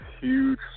huge